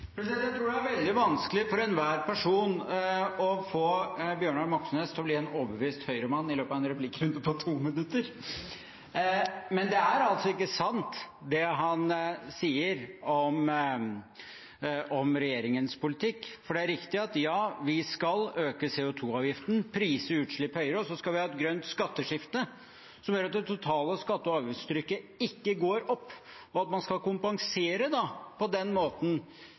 Jeg tror det er veldig vanskelig for enhver person å få Bjørnar Moxnes til å bli en overbevist Høyre-mann i løpet av en replikkrunde på 2 minutter. Men det er altså ikke sant, det han sier om regjeringens politikk. Det er riktig at ja, vi skal øke CO 2 -avgiften, prise utslipp høyere, og så skal vi ha et grønt skatteskifte som gjør at det totale skatte- og avgiftstrykket ikke går opp, og at man på den måten skal kompensere